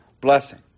blessing